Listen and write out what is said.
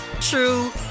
true